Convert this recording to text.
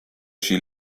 she